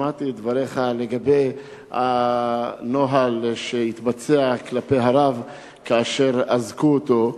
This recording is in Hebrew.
שמעתי את דבריך לגבי הנוהל שהתבצע כלפי הרב כאשר אזקו אותו.